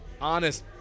honest